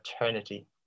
eternity